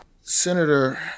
Senator